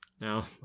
now